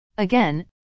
Again